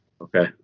Okay